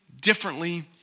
differently